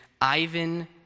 Ivan